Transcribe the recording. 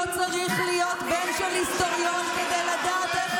לא צריך להיות בן של היסטוריון כדי לדעת איך